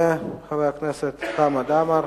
וחבר הכנסת חמד עמאר